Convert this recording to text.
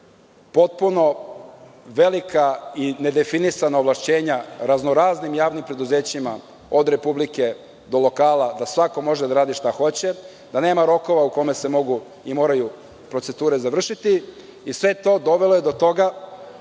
potpuno velika i nedefinisana ovlašćenja raznoraznim javnim preduzećima, od Republike do lokala, da svako može da radi šta hoće, da nema rokova u kojima se mogu i moraju procedure završiti i sve je to dovelo do toga